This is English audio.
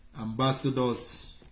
Ambassadors